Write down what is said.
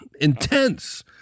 intense